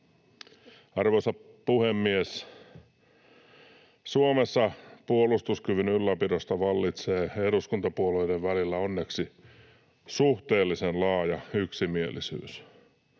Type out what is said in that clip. Arvoisa puhemies! Suomessa puolustuskyvyn ylläpidosta vallitsee eduskuntapuolueiden välillä onneksi suhteellisen laaja yksimielisyys.